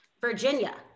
Virginia